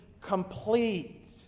complete